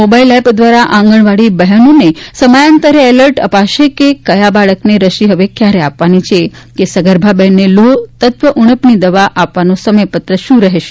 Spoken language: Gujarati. મોબાઇલ એપ દ્વારા આંગણવાડી બહેનને સમયાંતરે એલર્ટ અપાશે કે ક્યાં બાળકને રસી હવે ક્યારે આપવાની છે કે સગર્ભા બહેનને લોહતત્વ ઉણપની દવા આપવાનું સમયપત્રક શું રહેશે